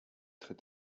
tritt